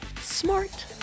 smart